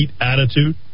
attitude